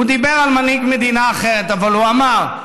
הוא דיבר על מנהיג מדינה אחרת, אבל הוא אמר: